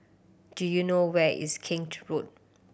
do you know where is Kent Road